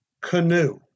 canoe